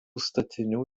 statinių